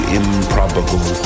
improbable